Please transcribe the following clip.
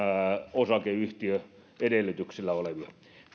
osakeyhtiöedellytyksellä olevia